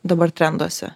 dabar trenduose